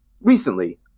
recently